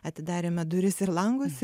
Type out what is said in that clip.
atidarėme duris ir langus